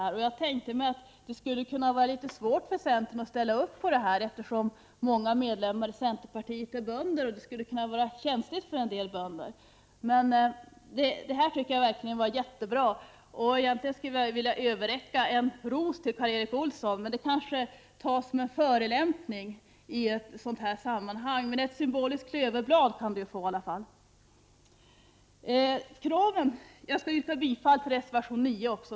Jag hade föreställt mig att det skulle vara litet svårt för centern att ställa upp för det här, eftersom många medlemmar i centerpartiet är bönder och detta skulle kunna vara känsligt för en del av dessa, men jag tycker att centerns inställning är jättebra. Egentligen skulle jag vilja överräcka en ros till Karl Erik Olsson, men det kanske tas som en förolämpning i ett sådant här sammanhang. Han kan ändå få ett symboliskt klöverblad. Jag yrkar bifall till reservation 9.